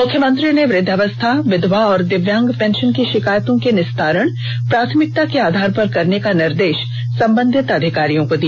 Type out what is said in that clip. मुख्यमंत्री ने वृद्धावस्था विधवा और दिव्यांग पेंशन की शिकायतों का निपटारा प्राथमिकता के आधार पर करने का भी निर्देश संबंधित अधिकारियों को दिया